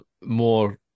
more